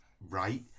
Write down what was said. right